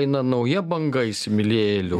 eina nauja banga įsimylėjėlių